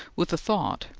with the thought,